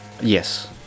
Yes